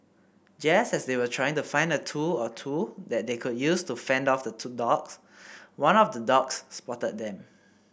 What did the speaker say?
just as they were trying to find a tool or two that they could use to fend off two the dogs one of the dogs spotted them